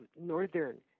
northern